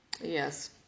Yes